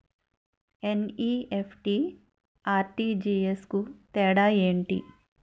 NEFT, RTGS కు తేడా ఏంటి?